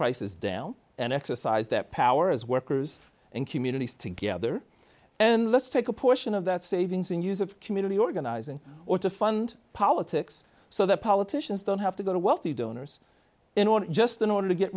prices down and exercise that power as workers and communities together and let's take a portion of that savings and use of community organizing or to fund politics so that politicians don't have to go to wealthy donors in order just in order to get